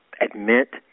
Admit